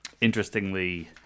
Interestingly